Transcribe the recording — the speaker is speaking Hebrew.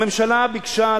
הממשלה ביקשה,